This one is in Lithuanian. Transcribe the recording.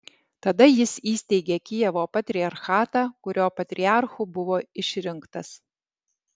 tada jis įsteigė kijevo patriarchatą kurio patriarchu buvo išrinktas